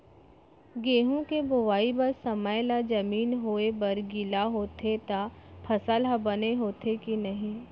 गेहूँ के बोआई बर समय ला जमीन होये बर गिला होथे त फसल ह बने होथे की नही?